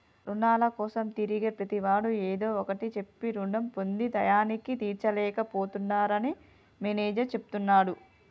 రుణాల కోసం తిరిగే ప్రతివాడు ఏదో ఒకటి చెప్పి రుణం పొంది టైయ్యానికి తీర్చలేక పోతున్నరని మేనేజర్ చెప్తున్నడు